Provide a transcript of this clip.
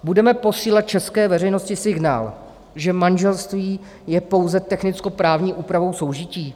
Budeme posílat české veřejnosti signál, že manželství je pouze technickoprávní úpravou soužití?